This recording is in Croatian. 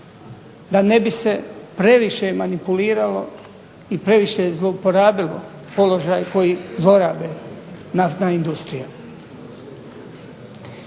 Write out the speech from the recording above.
da ne bi se previše manipuliralo i previše zlouporabilo položaj koji zlorabi naftna industrija.